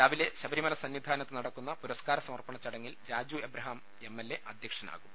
രാവിലെ ശബരിമല സന്നിധാനത്ത് നടക്കുന്ന പുരസ്കാര സമർപ്പണ ചടങ്ങിൽ രാജു എബ്രഹാം എംഎൽഎ അധ്യക്ഷനാ കും